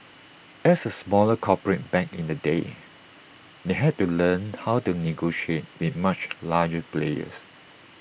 as A smaller corporate back in the day they had to learn how to negotiate with much larger players